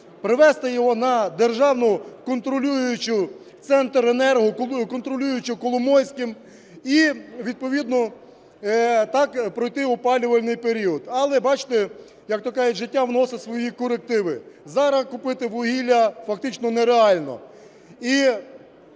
привезти його на державну контролюючу Центренерго, контролюючу Коломойським, і відповідно так пройти опалювальний період. Але, бачите, як-то кажуть, життя вносить свої корективи. Зараз купити вугілля фактично нереально.